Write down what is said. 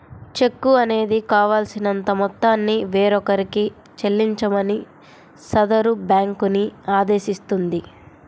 చెక్కు అనేది కావాల్సినంత మొత్తాన్ని వేరొకరికి చెల్లించమని సదరు బ్యేంకుని ఆదేశిస్తుంది